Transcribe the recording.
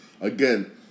again